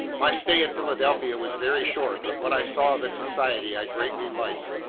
my stay in philadelphia was very short, but what i saw of its society, i greatly liked.